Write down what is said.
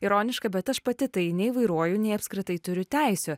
ironiška bet aš pati tai nei vairuoju nei apskritai turiu teisių